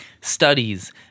studies